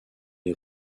les